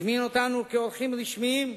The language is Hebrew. הזמין אותנו כאורחים רשמיים,